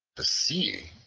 the sea,